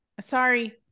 Sorry